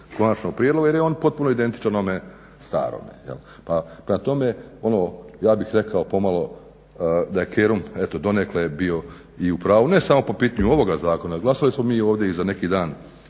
konačnog prijedloga jer je on potpuno identičan onome starome. Pa prema tome, ono ja bih rekao pomalo da je Kerum eto donekle je bio i u pravu. Ne samo po pitanju ovoga zakona, glasali smo mi ovdje i za neki dan